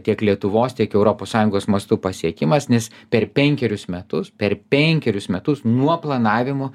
tiek lietuvos tiek europos sąjungos mastu pasiekimas nes per penkerius metus per penkerius metus nuo planavimo